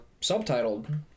subtitled